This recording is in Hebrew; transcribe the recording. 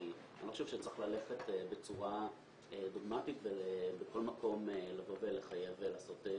אני לא חושב שצריך ללכת בצורה דוגמטית ובכל מקום לחייב לעשות תיקון.